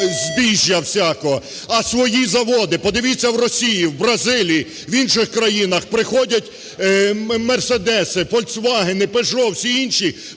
збіжжя всякого, а свої заводи. Подивіться, в Росії, в Бразилії, в інших країнах приходять "Мерседеси", "Фольцвагени", "Пежо", всі інші,